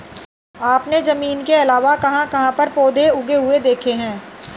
आपने जमीन के अलावा कहाँ कहाँ पर पौधे उगे हुए देखे हैं?